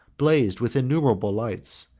blazed with innumerable lights,